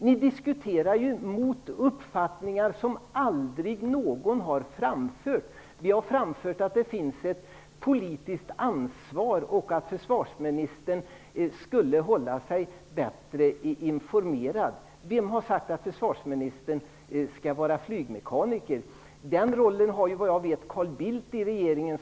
Ni diskuterar ju emot uppfattningar som aldrig har framförts. Vi har sagt att det finns ett politiskt ansvar och att försvarsministern borde hålla sig bättre informerad. Vem har sagt att försvaraministern skall vara flygmekaniker? Den rollen har såvitt jag vet Carl Bildt i regeringen.